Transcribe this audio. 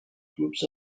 groups